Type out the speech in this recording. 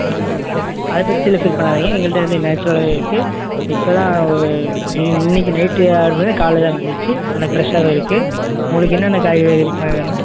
ஆ ஆ அதை ப அத பத்திலாம் ஃபீல் பண்ணாதீங்க எங்கள்கிட்ட வந்து நேச்சுரலாகவே இருக்குது இப்போ தான் ஒரு இன் இன்றைக்கு நைட்டு காலையில் தான் வந்துச்சு நல்லா ஃப்ரெஷ்ஷாகவே இருக்குது உங்களுக்கு என்னென்ன காய்கறிகள் வே வேணும்